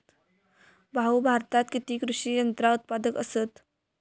भाऊ, भारतात किती कृषी यंत्रा उत्पादक असतत